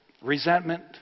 Resentment